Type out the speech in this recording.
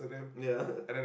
ya